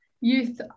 youth